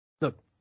look